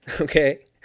okay